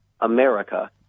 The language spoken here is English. AMERICA